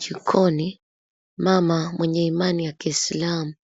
Jikoni, mama mwenye imani ya Kiislamu